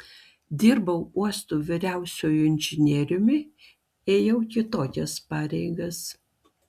dirbau uosto vyriausiuoju inžinieriumi ėjau kitokias pareigas